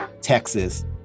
texas